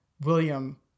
William